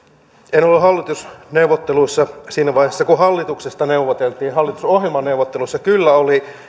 en ollut hallitusneuvotteluissa siinä vaiheessa kun hallituksesta neuvoteltiin hallitusohjelmaneuvotteluissa kyllä olin